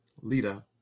Lita